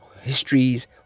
histories